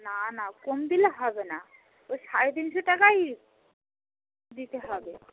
না না কম দিলে হবে না ওই সাড়ে তিনশো টাকাই দিতে হবে